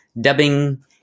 dubbing